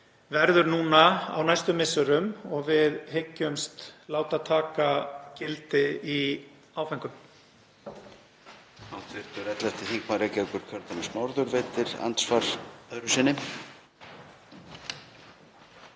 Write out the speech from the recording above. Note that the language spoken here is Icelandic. verður núna á næstu misserum og við hyggjumst láta taka gildi í áföngum.